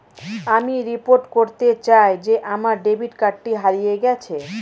আমি রিপোর্ট করতে চাই যে আমার ডেবিট কার্ডটি হারিয়ে গেছে